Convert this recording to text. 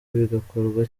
bigakorwa